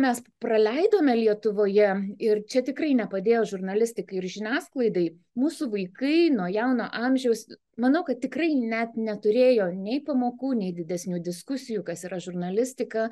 mes praleidome lietuvoje ir čia tikrai nepadėjo žurnalistikai ir žiniasklaidai mūsų vaikai nuo jauno amžiaus manau kad tikrai net neturėjo nei pamokų nei didesnių diskusijų kas yra žurnalistika